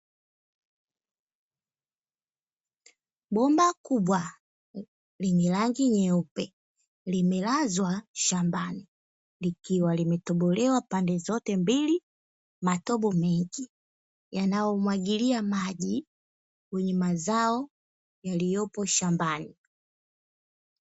Bomba kubwa lenye rangi nyeupe, limelazwa shambani likiwa limetobolewa pande zote mbili, matobo mengi yanayomwagilia maji kwenye mazao yaliyopo shambani.